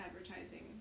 advertising